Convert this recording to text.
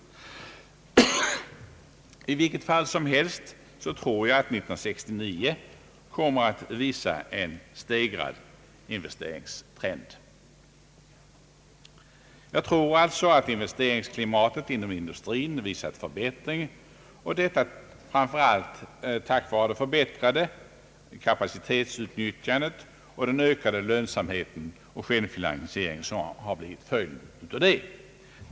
I vilket fall som helst tror jag att 1969 kommer att visa en stegrad investeringstrend. Själva investeringsklimatet inom industrin visar en förbättring, framför allt tack vare det förbättrade kapacitetsutnyttjandet och den ökade lönsamhet och självfinansiering som har blivit en följd därav.